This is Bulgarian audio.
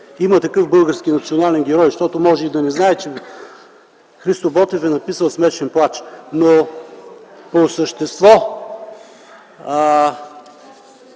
има такъв български национален герой, защото може и да не знаете, че Христо Ботев е написал „Смешен плач”. По същество,